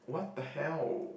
what the hell